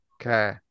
Okay